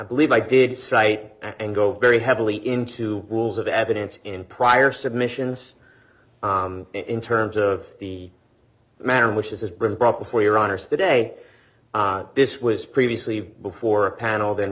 believe i did cite and go very heavily into rules of evidence in prior submissions in terms of the manner in which this is been brought before your honor's the day this was previously before a panel then